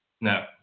No